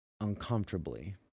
uncomfortably